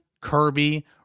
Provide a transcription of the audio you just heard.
Kirby